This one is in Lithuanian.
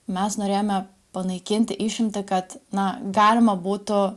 mes norėjome panaikinti išimtį kad na galima būtų